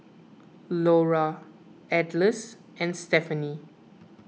Laura Atlas and Stephany